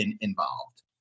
involved